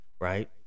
right